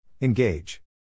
Engage